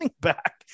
back